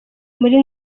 muri